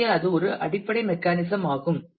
எனவே அது ஒரு அடிப்படை மெக்கானிசம் ஆகும்